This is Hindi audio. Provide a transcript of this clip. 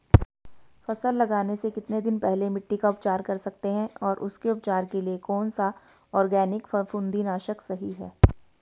फसल लगाने से कितने दिन पहले मिट्टी का उपचार कर सकते हैं और उसके उपचार के लिए कौन सा ऑर्गैनिक फफूंदी नाशक सही है?